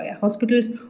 hospitals